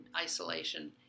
isolation